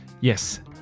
Yes